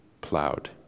plowed